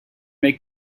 make